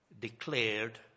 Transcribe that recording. declared